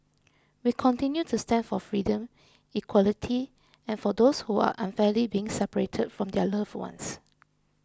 we continue to stand for freedom equality and for those who are unfairly being separated from their loved ones